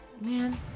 man